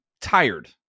tired